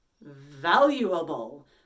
Valuable